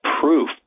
proof